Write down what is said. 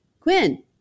Quinn